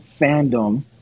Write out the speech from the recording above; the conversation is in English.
fandom